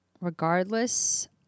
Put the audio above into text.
regardless